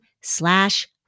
slash